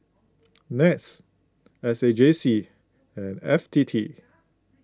NETS S A J C and F T T